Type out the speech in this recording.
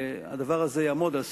הדבר הזה יעמוד על סדר-יומה,